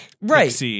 right